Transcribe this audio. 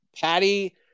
Patty